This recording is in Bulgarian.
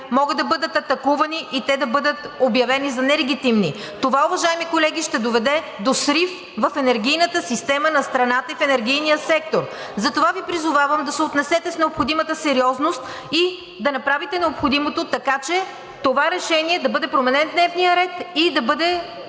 могат да бъдат атакувани и те да бъдат обявени за нелегитимни. Това, уважаеми колеги, ще доведе до срив в енергийната система на страната и в енергийния сектор. Затова Ви призовавам да се отнесете с необходимата сериозност и да направите необходимото, така че с това решение да бъде променен дневният ред и да бъде